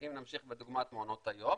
אם נמשיך בדוגמת מעונות היום,